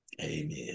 Amen